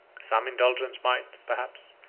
some indulgence might, perhaps,